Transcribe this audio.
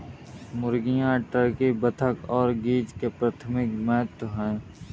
मुर्गियां, टर्की, बत्तख और गीज़ प्राथमिक महत्व के हैं